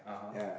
ya